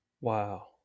Wow